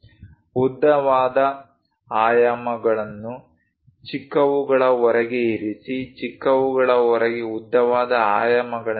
ಉದ್ದವಾದ ಆಯಾಮಗಳನ್ನು ಚಿಕ್ಕವುಗಳ ಹೊರಗೆ ಇರಿಸಿ ಚಿಕ್ಕವುಗಳ ಹೊರಗೆ ಉದ್ದವಾದ ಆಯಾಮಗಳು ಇರಿಸಿ